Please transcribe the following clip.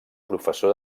professor